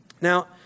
Now